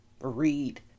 read